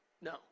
No